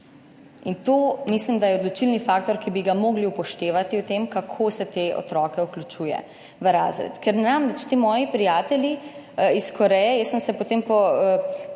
Mislim, da je odločilni faktor, ki bi ga morali upoštevati pri tem, kako se te otroke vključuje v razred. Ker namreč ti moji prijatelji iz Koreje, jaz sem se potem po